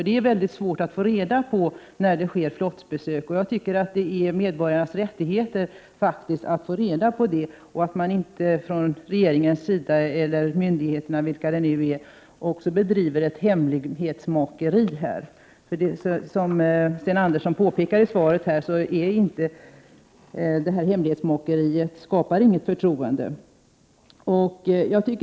Det är nämligen svårt att få reda på när det sker flottbesök, och jag tycker att det är medborgarnas rättighet att få reda på det och att regeringen eller myndigheterna inte skall bedriva ett hemlighetsmakeri. Som Sten Andersson påpekade i svaret skapar detta hemlighetsmakeri inget förtroende.